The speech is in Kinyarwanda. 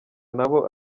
nabo